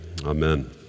Amen